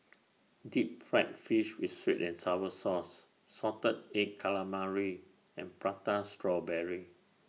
Deep Fried Fish with Sweet and Sour Sauce Salted Egg Calamari and Prata Strawberry